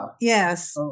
Yes